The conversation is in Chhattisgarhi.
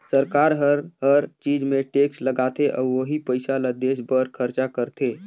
सरकार हर हर चीच मे टेक्स लगाथे अउ ओही पइसा ल देस बर खरचा करथे